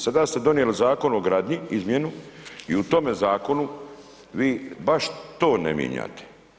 Sada ste donijeli Zakon o gradnji, izmjenu i u tome zakonu vi baš to ne mijenjate.